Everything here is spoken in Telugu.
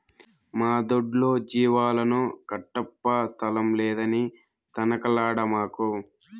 మా దొడ్లో జీవాలను కట్టప్పా స్థలం లేదని తనకలాడమాకు